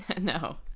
No